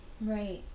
Right